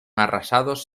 arrasados